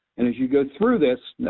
and as you go through this.